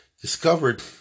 discovered